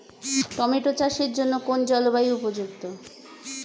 Tomato চাষের জন্য কোন জলবায়ু উপযুক্ত?